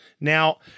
Now